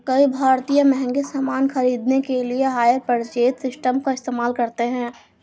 कई भारतीय महंगे सामान खरीदने के लिए हायर परचेज सिस्टम का इस्तेमाल करते हैं